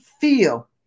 feel